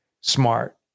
smart